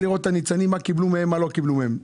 לראות את הניצנים מה קיבלו מהם ומה לא קיבלו מהם.